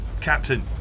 Captain